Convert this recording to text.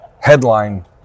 headline